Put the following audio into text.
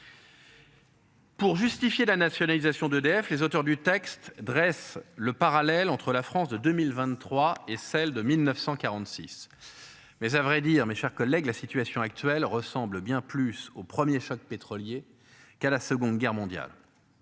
Pour justifier la nationalisation d'EDF, les auteurs du texte dresse le parallèle entre la France de 2023 et celle de 1946. Mais à vrai dire, mes chers collègues, la situation actuelle ressemble bien plus au 1er choc pétrolier qu'à la seconde guerre mondiale.